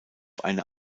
eine